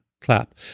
clap